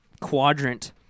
quadrant